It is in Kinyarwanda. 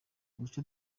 uduce